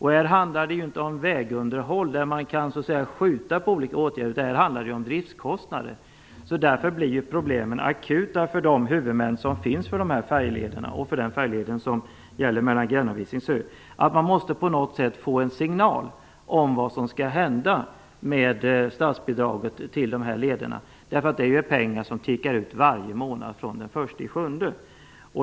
Här handlar det inte om vägunderhåll, där man så att säga kan skjuta på olika åtgärder, utan det handlar om driftskostnader. Därför blir problemen akuta för de huvudmän som finns för de här färjelederna och för färjeleden mellan Gränna och Visingsö. Man måste på något sätt få en signal om vad som skall hända med statsbidraget till de här lederna, eftersom det är pengar som tickar ut varje månad från den 1 juli.